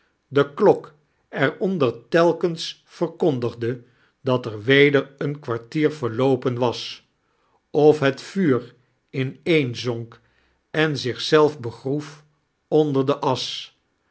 de klok er onder telkens verkc-ndigde dat er weder een kwartier verloopen was of bet vuur ineen zonk en zich zelf begroef onder de asch